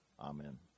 Amen